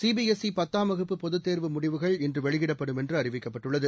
C B S E பத்தாம் வகுப்பு பொதுத்தேர்வு முடிவுகள் இன்று வெளியிடப்படும் என்று அறிவிக்கப்பட்டுள்ளது